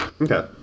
Okay